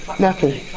nothing.